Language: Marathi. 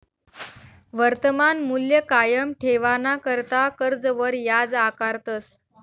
वर्तमान मूल्य कायम ठेवाणाकरता कर्जवर याज आकारतस